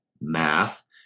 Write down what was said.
Math